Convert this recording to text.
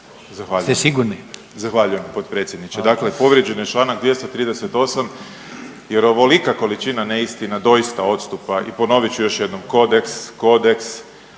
Peđa (SDP)** Zahvaljujem potpredsjedniče. Dakle povrijeđen je čl. 238. jer ovolika količina neistina doista odstupa i ponovit ću još jednom, kodeks, kodeks,